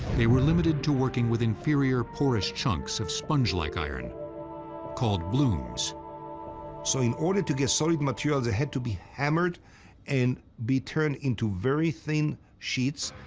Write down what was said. they were limited to working with inferior, porous chunks of sponge-like iron called blooms. eylon so in order to get solid material, they had to be hammered and be turned into very thin sheets.